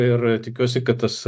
ir tikiuosi kad tas